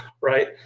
Right